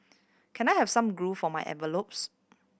can I have some glue for my envelopes